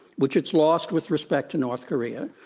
which it's lost with respect to north korea,